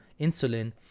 insulin